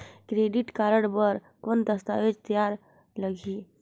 Credit card बर कौन दस्तावेज तैयार लगही?